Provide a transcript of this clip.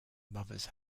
mothers